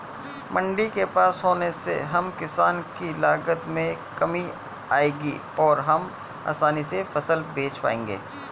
मंडी के पास होने से हम किसान की लागत में कमी आएगी और हम आसानी से फसल बेच पाएंगे